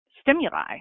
stimuli